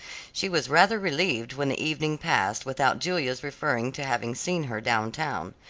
she was rather relieved when the evening passed without julia's referring to having seen her down town.